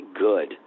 good